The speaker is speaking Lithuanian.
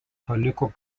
paliko